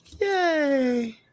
Yay